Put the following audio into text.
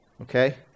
Okay